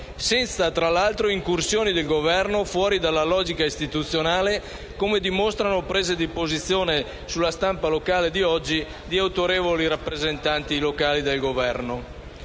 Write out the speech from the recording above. senza, tra l'altro, incursioni del Governo fuori dalla logica istituzionale, come dimostrano le prese di posizione sulla stampa di oggi di autorevoli rappresentanti locali. Le